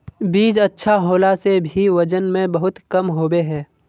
बीज अच्छा होला से भी वजन में बहुत कम होबे है?